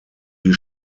die